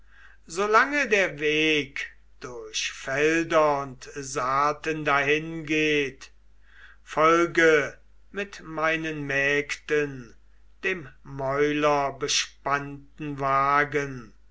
der weg durch felder und saaten dahingeht folge mit meinen mägden dem mäulerbespanneten wagen